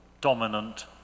dominant